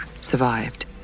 survived